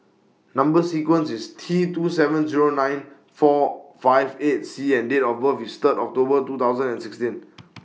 Number sequence IS T two seven Zero nine four five eight C and Date of birth IS Third October two thousand and sixteen